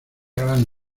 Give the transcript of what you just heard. gran